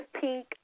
Pink